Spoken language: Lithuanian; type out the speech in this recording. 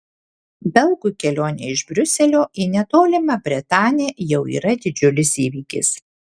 belgui kelionė iš briuselio į netolimą bretanę jau yra didžiulis įvykis